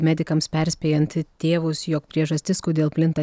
medikams perspėjant tėvus jog priežastis kodėl plinta